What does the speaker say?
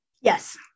Yes